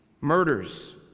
Murders